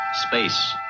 Space